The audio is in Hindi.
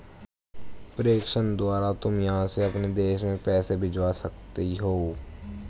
प्रेषण द्वारा तुम यहाँ से अपने देश में पैसे भिजवा सकती हो